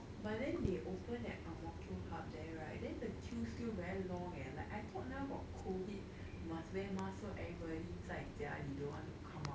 but then they open at ang mo kio hub there right then the queue still very long eh like I thought now got COVID must wear mask so everybody 在家里 don't want to come out